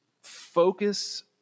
focus